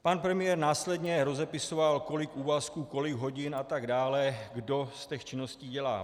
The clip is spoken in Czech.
Pan premiér následně rozepisoval, kolik úvazků, kolik hodin atd., kdo z těch činností dělá.